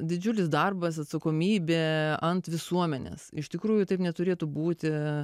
didžiulis darbas atsakomybė ant visuomenės iš tikrųjų taip neturėtų būti